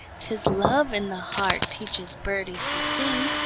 tis love in the heart teaches birdies to sing,